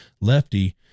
Lefty